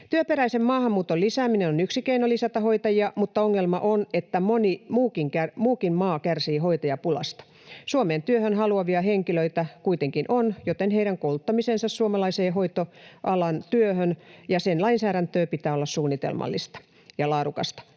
Työperäisen maahanmuuton lisääminen on yksi keino lisätä hoitajia, mutta ongelma on, että moni muukin maa kärsii hoitajapulasta. Suomeen työhön haluavia henkilöitä kuitenkin on, joten heidän kouluttamisensa suomalaiseen hoitoalan työhön ja sen lainsäädäntöön pitää olla suunnitelmallista ja laadukasta.